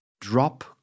drop